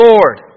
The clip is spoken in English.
Lord